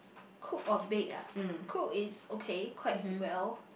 cook or bake ah cook is okay quite well